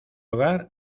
hogar